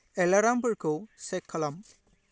एलार्मफोरखौ चेक खालाम